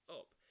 up